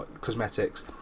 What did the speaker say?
cosmetics